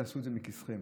תעשו את זה מכיסכם.